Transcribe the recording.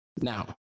Now